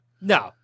No